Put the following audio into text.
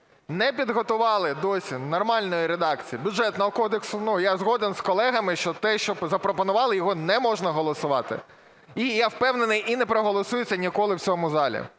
не підготували досі нормальної редакції Бюджетного кодексу. Я згоден з колегами, що те, що запропонували, його не можна голосувати. І, я впевнений, і не проголосується ніколи в цьому залі.